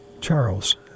Charles